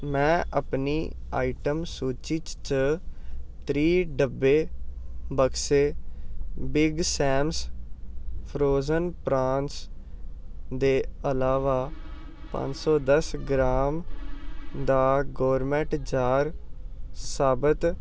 में अपनी आइटम सूची च त्रीह् डब्बे बक्से बिग सैम्स फ्रोज़न प्रांस दे अलावा पंज सौ दस ग्राम द गौरमेट जार साबत